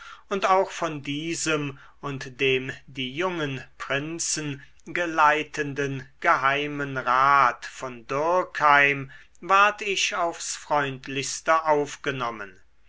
und auch von diesem und dem die jungen prinzen geleitenden geheimenrat von dürckheim ward ich aufs freundlichste aufgenommen